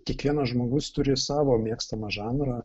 kiekvienas žmogus turi savo mėgstamą žanrą